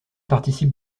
participe